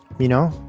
you know,